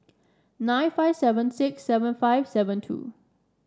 nine five seven six seven five seven two